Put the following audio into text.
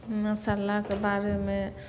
मसालाके बारेमे